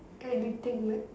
anything like